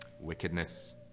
wickedness